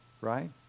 right